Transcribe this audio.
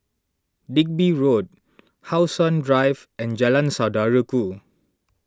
Digby Road How Sun Drive and Jalan Saudara Ku